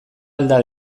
alda